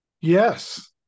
yes